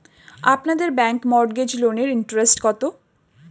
আপনাদের ব্যাংকে মর্টগেজ লোনের ইন্টারেস্ট কত?